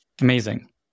Amazing